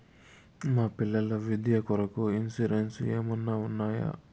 మా పిల్లల విద్య కొరకు ఇన్సూరెన్సు ఏమన్నా ఉన్నాయా?